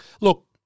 Look